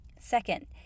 Second